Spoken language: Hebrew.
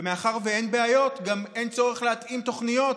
ומאחר שאין בעיות, גם אין צורך להתאים תוכניות,